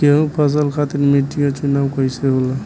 गेंहू फसल खातिर मिट्टी के चुनाव कईसे होला?